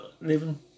living